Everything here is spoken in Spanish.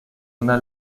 una